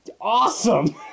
awesome